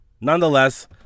Nonetheless